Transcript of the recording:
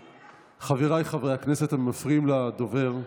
חבריי חברי הכנסת, אתם מפריעים לדובר.